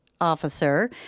officer